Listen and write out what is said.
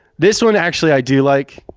this one, actually i do like,